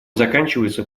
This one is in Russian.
заканчивается